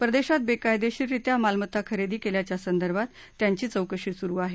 परदेशात बेकायदेशीररीत्या मालमत्ता खरेदी केल्याच्या संदर्भात त्यांची चौकशी सुरु आहे